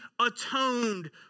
atoned